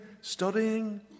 studying